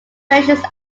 versions